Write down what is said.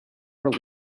for